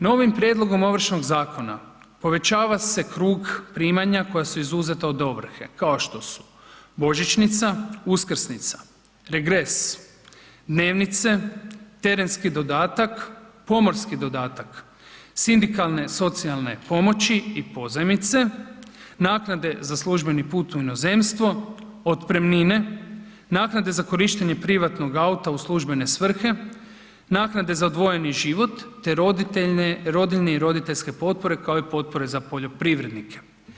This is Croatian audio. Novim prijedlogom Ovršnog zakona povećava se krug primanja koja su izuzeta od ovrhe kao što su božićnica, uskrsnica, regres, dnevnice, terenski dodatak, pomorski dodatak, sindikalne-socijalne pomoći i pozajmice, naknade za službeni put u inozemstvo, otpremnine, naknade za korištenje privatnog auta u službene svrhe, naknade za odvojeni život te rodiljne i roditeljske potpore kao i potpore za poljoprivrednike.